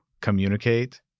communicate